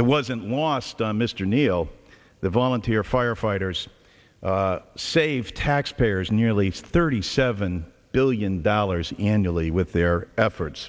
it wasn't lost on mr neil the volunteer firefighters save taxpayers nearly thirty seven billion dollars annually with their efforts